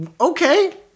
Okay